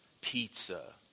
pizza